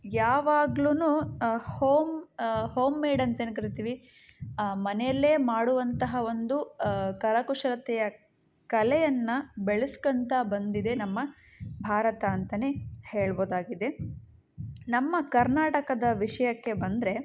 ಯಾವಾಗ್ಲೂ home homemade ಅಂತೇನು ಕರೀತಿವಿ ಮನೆಯಲ್ಲೆ ಮಾಡುವಂತಹ ಒಂದು ಕರಕುಶಲತೆಯ ಕಲೆಯನ್ನು ಬೆಳ್ಸ್ಕೊಂತ ಬಂದಿದೆ ನಮ್ಮ ಭಾರತ ಅಂತ ಹೇಳ್ಬೋದಾಗಿದೆ ನಮ್ಮ ಕರ್ನಾಟಕದ ವಿಷಯಕ್ಕೆ ಬಂದರೆ